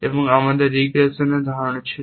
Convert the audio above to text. এবং আমাদের রিগ্রেশনের ধারণা ছিল